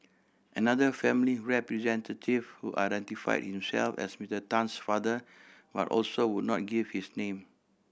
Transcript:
another family representative who identified himself as Mister Tan's father but also would not give his name